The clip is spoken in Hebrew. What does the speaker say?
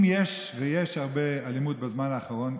אם יש, ויש הרבה אלימות יחסית בזמן האחרון,